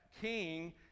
king